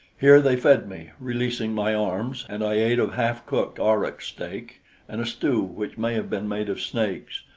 here they fed me, releasing my arms, and i ate of half-cooked aurochs steak and a stew which may have been made of snakes,